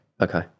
okay